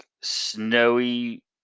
snowy